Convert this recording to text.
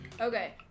Okay